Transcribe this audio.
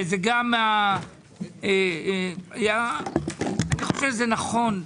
וזה גם אני חושב שזה נכון